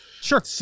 Sure